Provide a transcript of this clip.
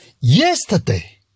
yesterday